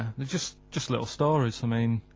they're just, just little stories. i mean,